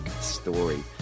story